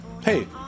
hey